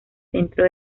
centro